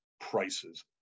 prices